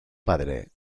padre